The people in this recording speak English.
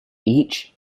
each